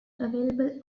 available